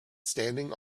standing